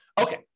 Okay